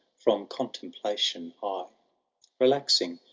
from conteiflplation high relaxing,